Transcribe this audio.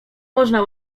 można